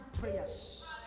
prayers